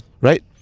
Right